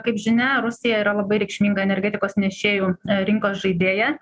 kaip žinia rusija yra labai reikšminga energetikos nešėjų rinkos žaidėja